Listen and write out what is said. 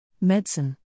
Medicine